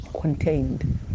contained